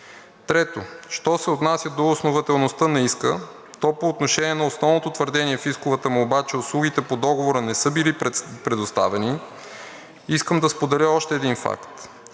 Трето, що се отнася до основателността на иска, то по отношение на основното твърдение в исковата молба, че услугите по договора не са били предоставени, искам да споделя още един факт.